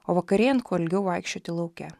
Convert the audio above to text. o vakarėjant kuo ilgiau vaikščioti lauke